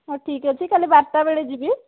ହଉ ଠିକ୍ ଅଛି କାଲି ବାରଟା ବେଳେ ଯିବି